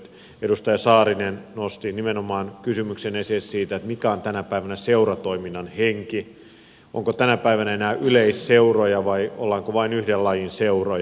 edustaja saarinen nosti esille nimenomaan kysymyksen siitä mikä on tänä päivänä seuratoiminnan henki onko tänä päivänä enää yleisseuroja vai ollaanko vain yhden lajin seuroja